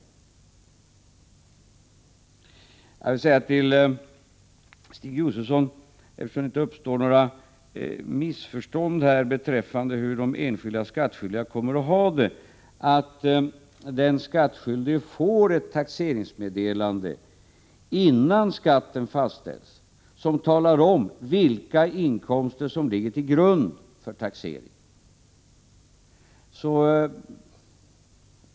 Till Stig Josefson vill jag säga — så att det inte uppstår några missförstånd beträffande hur enskilda skattskyldiga kommer att få det — att den skattskyldige får ett taxeringsmeddelande innan skatten fastställs som talar om vilka inkomster som ligger till grund för taxeringen.